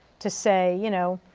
to say you know,